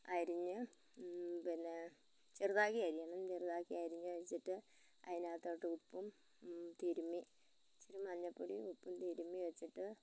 അരിഞ്ഞ് പിന്നെ ചെറുതാക്കി അരിയണം ചെറുതാക്കി അരിഞ്ഞ് വെച്ചിട്ട് അതിനകത്തോട്ട് ഉപ്പും തിരുമ്മി ഇച്ചിരി മഞ്ഞപ്പൊടിയും ഉപ്പും തിരുമ്മിവെച്ചിട്ട്